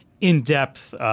in-depth